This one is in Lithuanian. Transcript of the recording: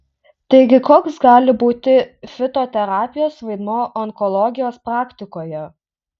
taigi koks gali būti fitoterapijos vaidmuo onkologijos praktikoje